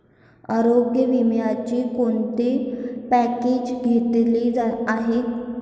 आरोग्य विम्याचे कोणते पॅकेज घेतले आहे?